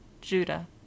Judah